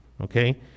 okay